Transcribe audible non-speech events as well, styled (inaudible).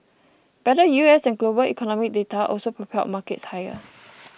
better U S and global economic data also propelled markets higher (noise)